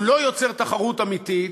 הוא לא יוצר תחרות אמיתית.